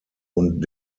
und